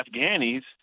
Afghani's